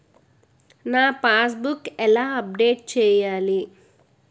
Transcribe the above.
నా passbook ఎలా update చేయాలి?